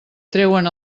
treuen